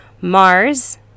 mars